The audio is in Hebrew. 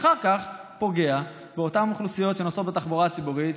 ואחר כך זה פוגע באותן אוכלוסיות שנוסעות בתחבורה הציבורית,